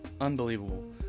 Unbelievable